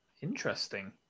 Interesting